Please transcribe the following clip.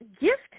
gift